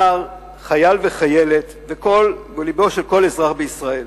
נער, חייל וחיילת ובלבו של כל אזרח בישראל.